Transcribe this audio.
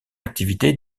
activité